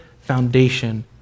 foundation